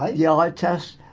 ah yeah eye test,